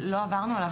לא עברנו עליו,